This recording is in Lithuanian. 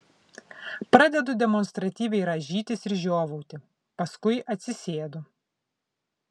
pradedu demonstratyviai rąžytis ir žiovauti paskui atsisėdu